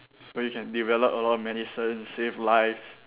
so you can develop a lot of medicine save lives